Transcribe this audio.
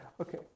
Okay